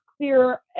clear